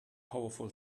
powerful